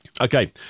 Okay